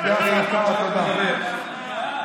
החוק שלך נגד בן אדם אחד.